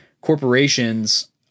corporations